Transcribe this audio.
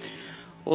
এটি